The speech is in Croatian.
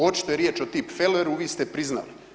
Očito je riječ o tipfeleru, vi ste priznali.